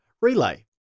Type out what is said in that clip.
relay